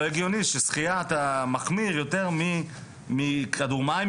זה לא הגיוני שאתה מחמיר יותר מכדור מים,